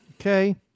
Okay